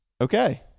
Okay